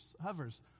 hovers